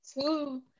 two